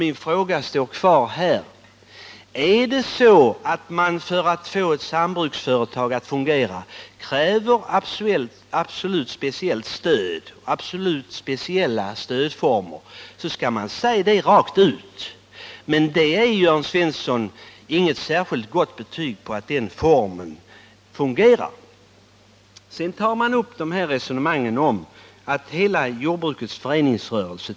Jag vidhåller att om man för att få ett sambruksföretag att fungera kräver absolut speciella stödformer, så skall man säga det rakt ut. Men det är i så fall inget särskilt gott betyg för den brukningsformen. Sedan gör Jörn Svensson en jämförelse med jordbrukets föreningsrörelse.